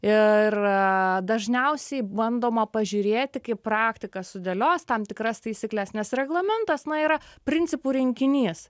ir dažniausiai bandoma pažiūrėti kaip praktika sudėlios tam tikras taisykles nes reglamentas nėra principų rinkinys